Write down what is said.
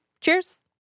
cheers